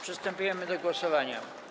Przystępujemy do głosowania.